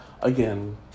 Again